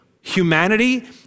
Humanity